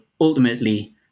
ultimately